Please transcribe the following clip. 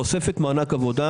תוספת מענק עבודה,